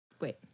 wait